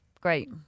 great